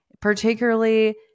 particularly